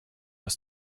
aus